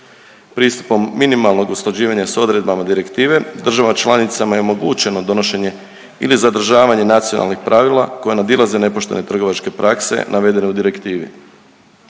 Pristupom minimalnog usklađivanja s odredbama direktive državama članicama je omogućeno donošenje ili zadržavanje nacionalnih pravila koja nadilaze nepoštene trgovačke prakse navedene u direktivi.